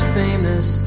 famous